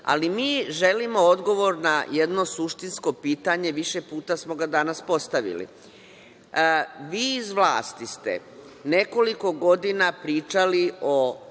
ali mi želimo odgovor na jedno suštinsko pitanje, više puta smo ga danas postavili. Vi iz vlasti ste nekoliko godina pričali o